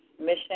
Mission